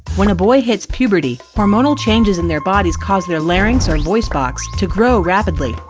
when boys hit puberty, hormonal changes in their bodies cause their larynx, or voice box, to grow rapidly.